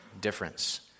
difference